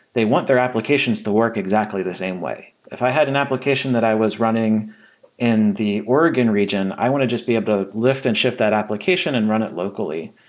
they want their applications to work exactly the same way. if i had an application that i was running in the oregon region, i want to just be able to lift and shift that application and run it locally.